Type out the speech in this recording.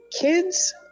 kids